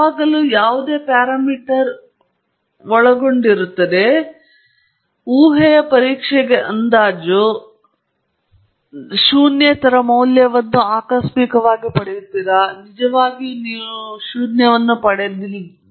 ಯಾವಾಗಲೂ ಯಾವುದೇ ಪ್ಯಾರಾಮೀಟರ್ಗೆ ಒಳಪಟ್ಟಿರುತ್ತದೆ ಊಹೆಯ ಪರೀಕ್ಷೆಗೆ ಅಂದಾಜು ಇದು ಸಾಕಷ್ಟು ಮಹತ್ವದ್ದಾಗಿರಲಿ ನೀವು ಶೂನ್ಯೇತರ ಮೌಲ್ಯವನ್ನು ಆಕಸ್ಮಿಕವಾಗಿ ಪಡೆಯುತ್ತೀರಾ ನಿಜವಾಗಿಯೂ ನೀವು ಶೂನ್ಯವನ್ನು ಪಡೆದಿರಲಿ